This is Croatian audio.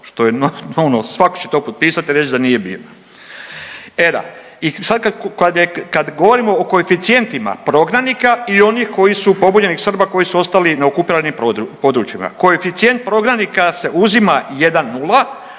što je ono, svak će to potpisati i reći da nije bio. E da, i sad kad govorimo o koeficijentima prognanika i onih koji su, pobunjenih Srba koji su ostali na okupiranim područjima, koeficijent prognanika se uzima 1,0,